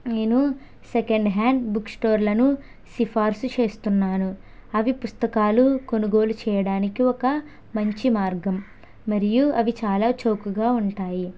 నేను second hand book స్టోర్లను సిఫార్సు చేస్తున్నాను అవి పుస్తకాలు కొనుగోలు చేయడానికి ఒక మంచి మార్గం మరియు అవి చాలా చౌకగా ఉంటాయి